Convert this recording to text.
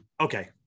okay